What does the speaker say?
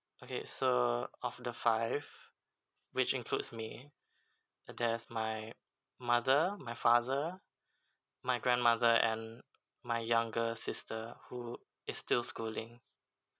okay so of the five which includes me there's my mother my father my grandmother and my younger sister who is still schooling